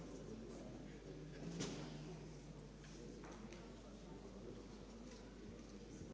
Hvala vam.